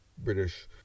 British